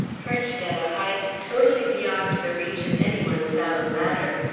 perched at a height totally beyond the reach of any one without a ladder,